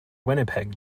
winnipeg